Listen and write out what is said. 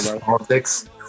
politics